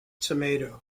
tomato